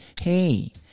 Hey